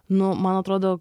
nu man atrodo